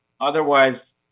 Otherwise